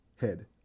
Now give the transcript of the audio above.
head